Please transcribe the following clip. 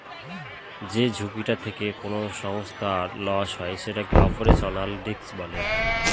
যে ঝুঁকিটা থেকে কোনো সংস্থার লস হয় সেটাকে অপারেশনাল রিস্ক বলে